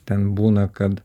ten būna kad